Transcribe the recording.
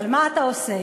אבל מה אתה עושה?